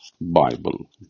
Bible